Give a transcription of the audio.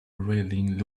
railing